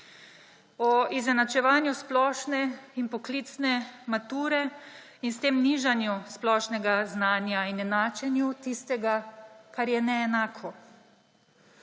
o izenačevanju splošne in poklicne mature in s tem nižanju splošnega znanja in enačenju tistega, kar je neenako,